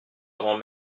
grand